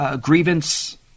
grievance